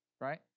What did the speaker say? right